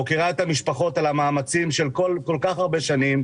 מוקירה את המשפחות על המאמצים של כל כך הרבה שנים,